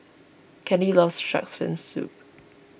Kandy loves Shark's Fin Soup